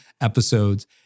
episodes